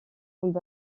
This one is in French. grand